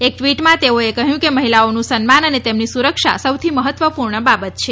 એક ટ્વીટમાં તેઓએ કહ્યું કે મહિલાઓનું સન્માન અને તેમની સુરક્ષા સૌથી મહત્વપૂર્ણ બાબત છે